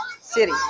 city